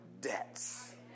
debts